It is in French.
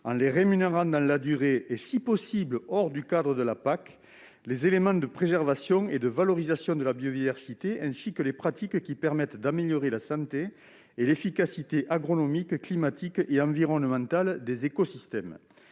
en les rémunérant dans la durée et si possible hors du cadre de la PAC, les éléments de préservation et de valorisation de la biodiversité, ainsi que les pratiques qui permettent d'améliorer la santé et l'efficacité agronomique, climatique et environnementale des écosystèmes.